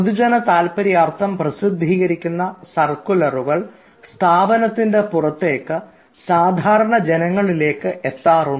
പൊതുജന താൽപര്യാർത്ഥം പ്രസിദ്ധീകരിക്കുന്ന സർക്കുലറുകൾ സ്ഥാപനത്തിൻറെ പുറത്ത് സാധാരണ ജനങ്ങളിലേക്ക് എത്താറുണ്ട്